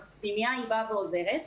אז הפנימייה באה ועוזרת.